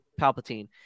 Palpatine